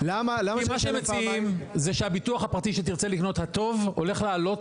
כי מה שהם מציעים זה שהביטוח הפרטי הטוב שתרצה לקנות הולך לעלות,